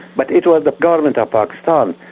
but it was the government of pakistan,